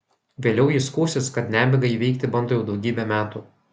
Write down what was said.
vėliau ji skųsis kad nemigą įveikti bando jau daugybę metų